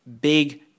big